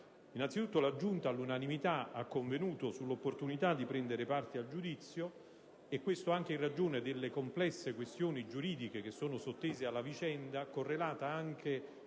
Innanzitutto, la Giunta ha convenuto all'unanimità sull'opportunità di prendere parte al giudizio, e questo anche in ragione delle complesse questioni giuridiche che sono sottese alla vicenda, correlate anche